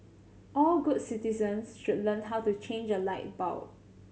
all good citizens should learn how to change a light bulb